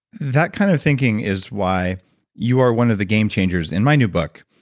that kind of thinking is why you are one of the game changers in my new book.